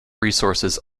resources